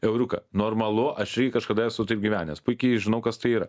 euriuką normalu aš irgi kažkada esu taip gyvenęs puikiai žinau kas tai yra